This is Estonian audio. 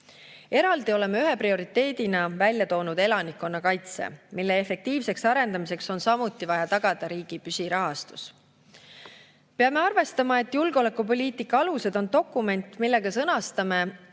Eraldi oleme ühe prioriteedina välja toonud elanikkonnakaitse, mille efektiivseks arendamiseks on samuti vaja tagada riigi püsirahastus. Me peame arvestama, et julgeolekupoliitika alused on dokument, millega sõnastame